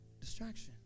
Distraction